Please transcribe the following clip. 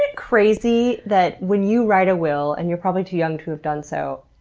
ah crazy that when you write a will, and you're probably too young to have done so,